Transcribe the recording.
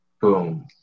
boom